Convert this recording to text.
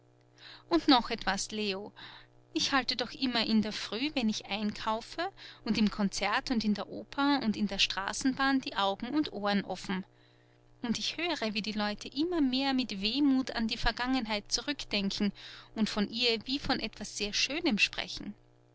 und noch etwas leo ich halte doch immer in der früh wenn ich einkaufe und im konzert und in der oper und der straßenbahn die augen und ohren offen und ich höre wie die leute immer mehr mit wehmut an die vergangenheit zurückdenken und von ihr wie von etwas sehr schönem sprechen